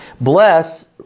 Bless